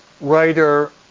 writer